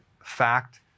fact